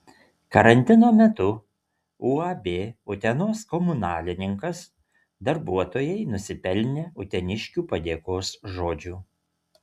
karantino metu uab utenos komunalininkas darbuotojai nusipelnė uteniškių padėkos žodžių